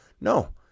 No